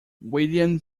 william